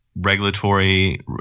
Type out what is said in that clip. regulatory